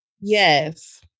yes